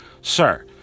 sir